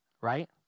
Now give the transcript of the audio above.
right